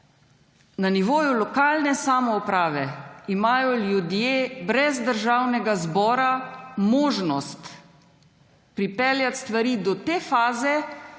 Na nivoju lokalne samouprave imajo ljudje brez Državnega zbora možnost pripeljati stvari do te faze,